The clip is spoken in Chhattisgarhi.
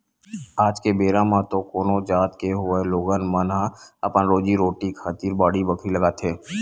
आज के बेरा म तो कोनो जात के होवय लोगन मन ह अपन रोजी रोटी खातिर बाड़ी बखरी लगाथे